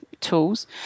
tools